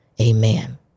Amen